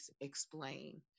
explain